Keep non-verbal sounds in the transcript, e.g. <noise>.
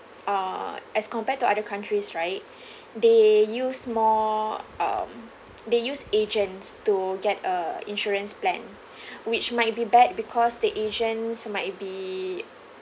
err as compared to other countries right <breath> they use more um they use agents to get a insurance plan <breath> which might be bad because the agents might be